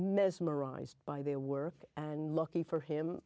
mesmerized by their work and lucky for him